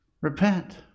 Repent